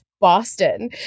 Boston